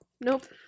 Nope